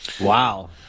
wow